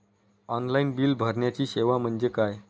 Online bill भरण्याची सेवा म्हणजे काय?